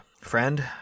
Friend